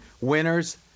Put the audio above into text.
winners